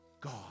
God